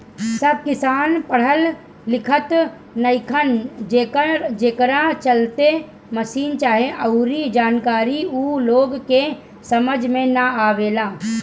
सब किसान पढ़ल लिखल नईखन, जेकरा चलते मसीन चाहे अऊरी जानकारी ऊ लोग के समझ में ना आवेला